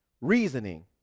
Reasoning